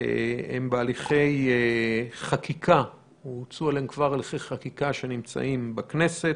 הן בהליכי חקיקה שנמצאים בכנסת,